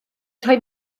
rhoi